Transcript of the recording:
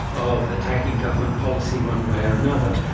of attacking government policy one way or another.